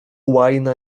łajna